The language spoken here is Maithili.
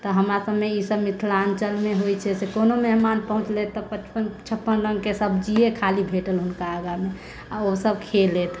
तऽ हमरा सभमे ई सभ मिथिलाञ्चल मे होइ छै से कोनो मेहमान पहुँचलथि तऽ पचपन छप्पन रङ्ग के सब्जिए खाली भेटल हुनका आगऽ मे आ ओ सभ खेलथि